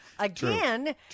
Again